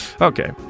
Okay